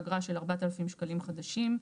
אגרה של 4,000 שקלים חדשים.